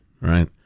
right